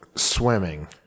swimming